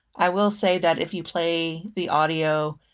i will say that if you play the audio,